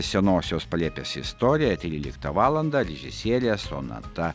senosios palėpės istorija tryliktą valandą režisierė sonata